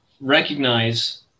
recognize